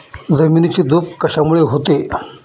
जमिनीची धूप कशामुळे होते?